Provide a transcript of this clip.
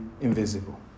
invisible